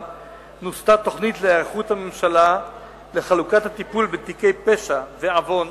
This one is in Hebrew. נוסתה תוכנית להיערכות הממשלה לחלוקת הטיפול בתיקי פשע ועוון